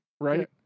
right